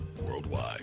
worldwide